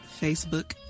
Facebook